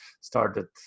started